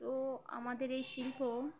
তো আমাদের এই শিল্প